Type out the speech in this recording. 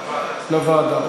לוועדה.